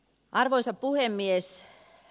arvoisa puhemies